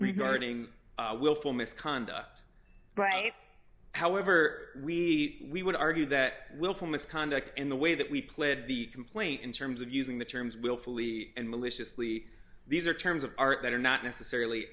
regarding willful misconduct right however we we would argue that willful misconduct in the way that we pled the complaint in terms of using the terms willfully and maliciously these are terms of art that are not necessarily